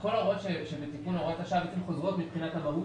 כל ההוראות שבתיקון הוראה השעה חוזרות מבחינת המהות